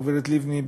הגברת לבני,